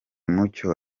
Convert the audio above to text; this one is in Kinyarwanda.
mucyo